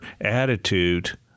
attitude